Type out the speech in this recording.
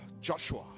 joshua